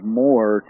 more